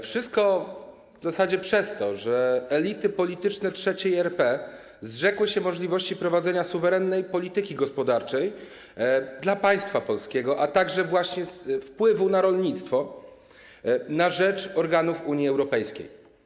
Wszystko w zasadzie przez to, że elity polityczne III RP zrzekły się możliwości prowadzenia suwerennej polityki gospodarczej dla państwa polskiego, a także właśnie wpływu na rolnictwo na rzecz organów Unii Europejskiej.